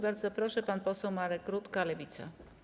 Bardzo proszę, pan poseł Marek Rutka, Lewica.